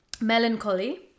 melancholy